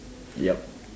yup